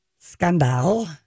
scandal